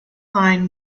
line